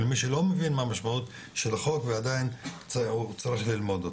למי שלא מבין מה המשמעות של החוק ועדיין צריך ללמוד אותו.